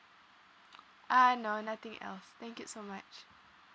ah no nothing else thank you so much